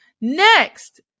Next